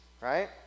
right